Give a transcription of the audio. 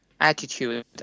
attitude